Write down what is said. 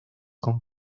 con